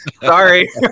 Sorry